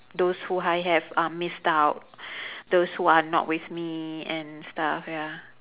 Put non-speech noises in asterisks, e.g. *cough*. those who I have um missed out *breath* those who are not with me and stuff ya